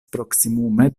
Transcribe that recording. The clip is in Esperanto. proksimume